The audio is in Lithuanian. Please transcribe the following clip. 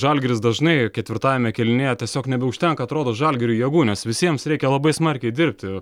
žalgiris dažnai ketvirtajame kėlinyje tiesiog nebeužtenka atrodo žalgiriui jėgų nes visiems reikia labai smarkiai dirbti